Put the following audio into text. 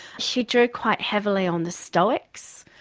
she drew quite heavily on the stoics.